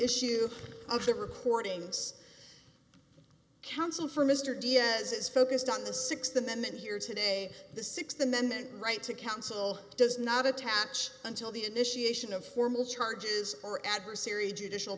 issue of the reportings counsel for mr diaz is focused on the th amendment here today the th amendment right to counsel does not attach until the initiation of formal charges or adversary judicial